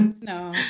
No